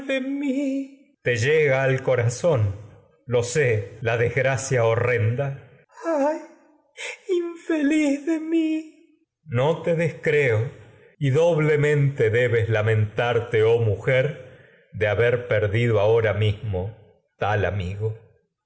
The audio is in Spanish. rrenda al corazón lo sé la desgracia ho tecmesa ay infeliz de mi te coro no descreo y doblemente debes lamentragedias de sófocles tarte oh mujer de haber perdido ahora mismo tal amigo